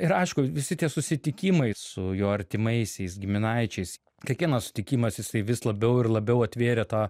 ir aišku visi tie susitikimai su jo artimaisiais giminaičiais kiekvienas sutikimas jisai vis labiau ir labiau atvėrė tą